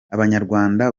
abanyarwanda